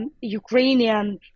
Ukrainian